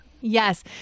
yes